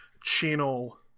channel